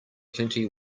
plenty